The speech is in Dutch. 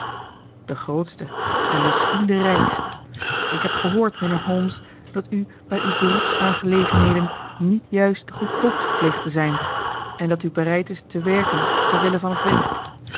de grootste en misschien de rijkste ik heb gehoord mijnheer holmes dat u bij uw beroepsaangelegenheden niet juist de goedkoopste pleegt te zijn en dat u bereid is te werken ter wille van het werk